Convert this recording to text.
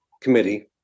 committee